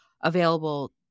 available